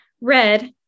Red